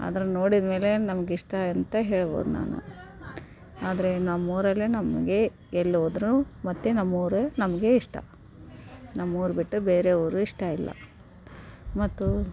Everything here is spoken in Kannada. ಆದ್ರೆ ನೋಡಿದಮೇಲೆ ನಮಗಿಷ್ಟ ಅಂತ ಹೇಳ್ಬೋದು ನಾನು ಆದರೆ ನಮ್ಮ ಊರಲ್ಲೇ ನಮಗೆ ಎಲ್ಲೋದರೂ ಮತ್ತೆ ನಮ್ಮ ಊರೇ ನಮಗೆ ಇಷ್ಟ ನಮ್ಮ ಊರು ಬಿಟ್ಟು ಬೇರೆ ಊರು ಇಷ್ಟ ಇಲ್ಲ ಮತ್ತು